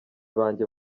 banjye